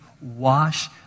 wash